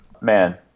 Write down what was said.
Man